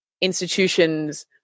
institutions